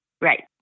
Right